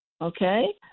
okay